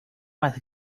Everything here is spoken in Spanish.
más